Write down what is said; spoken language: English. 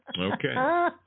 Okay